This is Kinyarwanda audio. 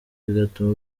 bigatuma